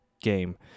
game